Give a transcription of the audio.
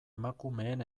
emakumeen